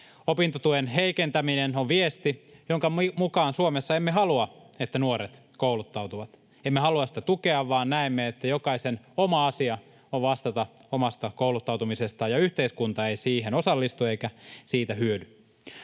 Opintotuen heikentäminen on viesti, jonka mukaan Suomessa emme halua, että nuoret kouluttautuvat, emme halua sitä tukea, vaan näemme, että jokaisen oma asia on vastata omasta kouluttautumisestaan ja yhteiskunta ei siihen osallistu eikä siitä hyödy.